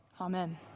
Amen